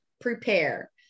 prepare